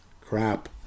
crap